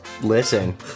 listen